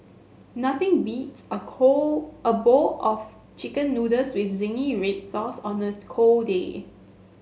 nothing beats a a bowl of chicken noodles with zingy red sauce on a cold day